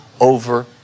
over